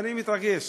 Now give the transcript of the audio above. אני מתרגש.